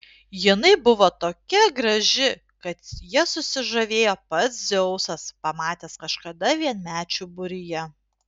jinai buvo tokia graži kad ja susižavėjo pats dzeusas pamatęs kažkada vienmečių būryje